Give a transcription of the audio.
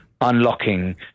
unlocking